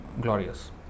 glorious